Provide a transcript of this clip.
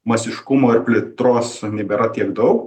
masiškumo ir plėtros nebėra tiek daug